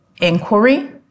inquiry